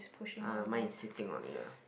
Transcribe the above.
uh mine is sitting on it ah